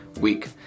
week